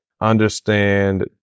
understand